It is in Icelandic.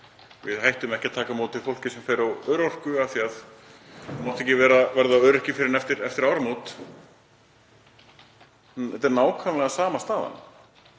Við hættum ekki að taka á móti fólki sem fer á örorku af því að þú mátt ekki verða öryrki fyrr en eftir áramót. Þetta er nákvæmlega sama staðan.